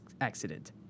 accident